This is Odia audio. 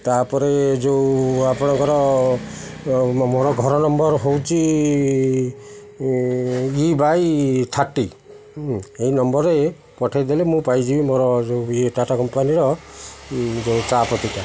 ତା'ପରେ ଯେଉଁ ଆପଣଙ୍କର ମୋର ଘର ନମ୍ବର ହେଉଛି ଇ ବାଇ ଥାର୍ଟି ଏହି ନମ୍ବରରେ ପଠାଇଦେଲେ ମୁଁ ପାଇଯିବି ମୋର ଯେଉଁ ଇଏ ଟାଟା କମ୍ପାନୀର ଯେଉଁ ଚା' ପତିଟା